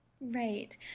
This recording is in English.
Right